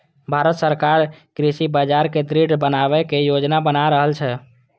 भांरत सरकार कृषि बाजार कें दृढ़ बनबै के योजना बना रहल छै